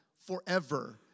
forever